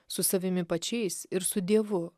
su savimi pačiais ir su dievu